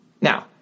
Now